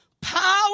power